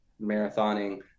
marathoning